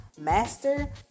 master